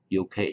UK